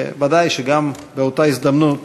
ודאי שגם באותה הזדמנות